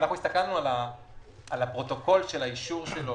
הסתכלנו על הפרוטוקול של האישור שלו